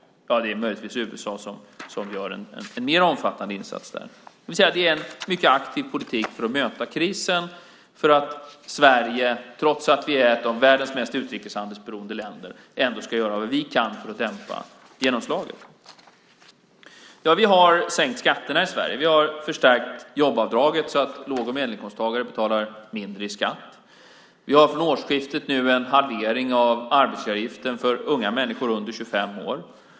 Det är möjligtvis USA som gör en mer omfattande insats där. Det är en mycket aktiv politik för att möta krisen, för att Sverige, trots att vi är ett av världens mest utrikeshandelsberoende länder, ändå ska göra vad vi kan för att dämpa genomslaget. Vi har sänkt skatterna i Sverige. Vi har förstärkt jobbskatteavdraget så att låg och medelinkomsttagare betalar mindre i skatt. Vi har från årsskiftet infört en halvering av arbetsgivaravgiften för unga människor under 25 år.